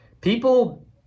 people